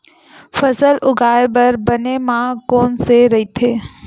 फसल उगाये बर बने माह कोन से राइथे?